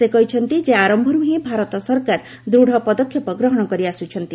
ସେ କହିଛନ୍ତି ଯେ ଆରମ୍ଭରୁ ହିଁ ଭାରତ ସରକାର ଦୃଢ଼ ପଦକ୍ଷେପ ଗ୍ରହଣ କରିଆସୁଛନ୍ତି